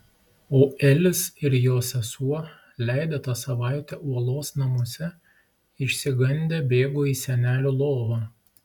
o elis ir jo sesuo leidę tą savaitę uolos namuose išsigandę bėgo į senelių lovą